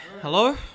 Hello